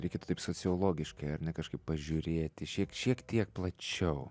reikėtų taip sociologiškai ar ne kažkaip pažiūrėti šiek šiek tiek plačiau